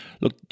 Look